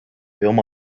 nippi